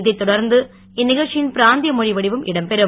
இதை தொடர்ந்து இந்நிகழ்ச்சியின் பிராந்திய மொழி வடிவம் இடம்பெறும்